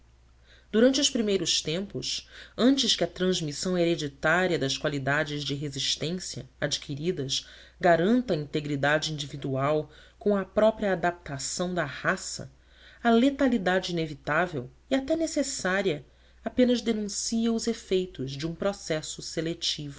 durante os primeiros tempos antes que a transmissão hereditária das qualidades de resistência adquiridas garanta a integridade individual com a própria adaptação da raça a letalidade inevitável e até necessária apenas denuncia os efeitos de um processo seletivo